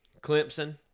Clemson